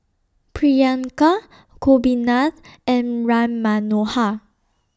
Priyanka Gopinath and Ram Manohar